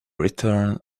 return